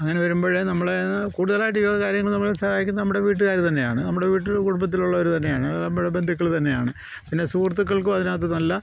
അങ്ങനെ വരുമ്പോൾ നമ്മൾ കൂടുതലായിട്ട് ഈവക കാര്യങ്ങളിൽ നമ്മളെ സഹായിക്കുന്നത് നമ്മുടെ വീട്ടുകാർ തന്നെയാണ് നമ്മുടെ വീട്ടിൽ കുടുംബത്തിലുള്ളവർ തന്നെയാണ് നമ്മുടെ ബന്ധുക്കൾ തന്നെയാണ് പിന്നെ സുഹൃത്തക്കൾക്കും അതിനകത്ത് നല്ല